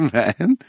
man